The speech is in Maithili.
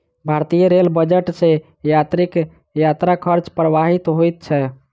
भारतीय रेल बजट सॅ यात्रीक यात्रा खर्च प्रभावित होइत छै